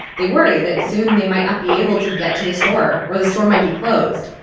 they worry that soon they might not be able to get to the store or the store might be closed.